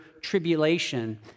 tribulation